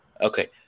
okay